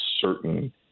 certain